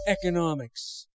Economics